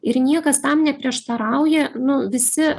ir niekas tam neprieštarauja nu visi